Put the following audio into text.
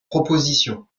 propositions